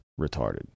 retarded